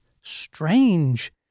strange